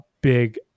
big